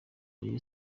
rayon